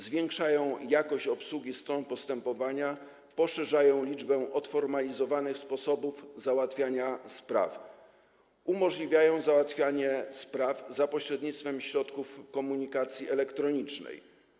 Zwiększają jakość obsługi stron postępowania, poszerzają liczbę odformalizowanych sposobów załatwiania spraw, umożliwiają załatwianie spraw za pośrednictwem środków komunikacji elektronicznej.